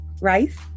rice